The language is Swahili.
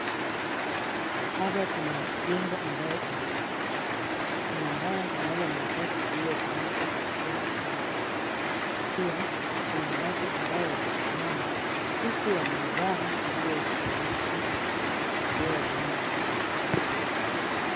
Hapa kuna jengo ambayo imebomoka. Kuna mbao pamoja na mabati ambayo ilitumika kwa kujenga hili nyumba. Pia kuna watu ambao wamesimama huku wamevaa nguo nyeusi na kofia ya rangi njano.